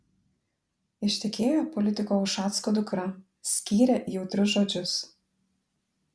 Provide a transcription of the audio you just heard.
ištekėjo politiko ušacko dukra skyrė jautrius žodžius